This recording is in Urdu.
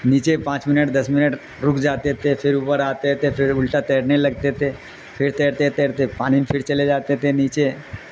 نیچے پانچ منٹ دس منٹ رک جاتے تھے پھر اوپر آتے تھے پھر الٹا تیرنے لگتے تھے پھر تیرتے تیرتے پانی میں پھر چلے جاتے تھے نیچے